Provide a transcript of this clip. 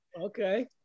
Okay